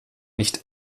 nicht